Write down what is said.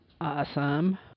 Awesome